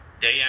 day